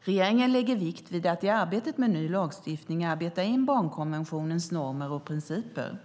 Regeringen lägger vikt vid att i arbetet med ny lagstiftning arbeta in barnkonventionens normer och principer.